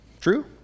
True